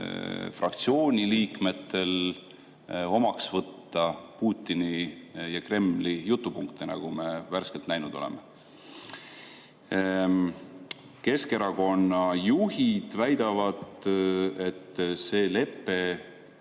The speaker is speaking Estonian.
fraktsiooni liikmetel, omaks võtta Putini ja Kremli jutupunkte, nagu me värskelt näinud oleme. Keskerakonna juhid väidavad, et see lepe